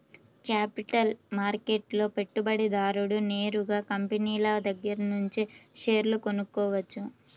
capital మార్కెట్లో పెట్టుబడిదారుడు నేరుగా కంపినీల దగ్గరనుంచే షేర్లు కొనుక్కోవచ్చు